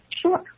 Sure